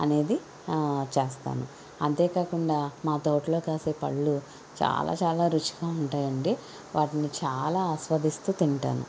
అనేది చేస్తాను అంతే కాకుండా మా తోటలో కాసే పళ్ళు చాలా చాలా రుచిగా ఉంటాయండి వాటిని చాలా ఆస్వాదిస్తూ తింటాను